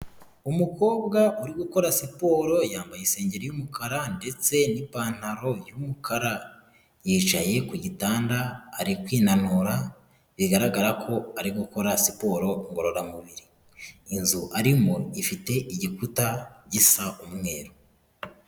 Umukobwa uri gukora siporo yambaye isengeri y'umukara ndetse n'ipantaro y'umukara yicaye ku gitanda ari kwinanura bigaragara ko ari gukora siporo ngororamubiri, inzu arimo ifite igikuta gisa umweru.